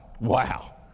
Wow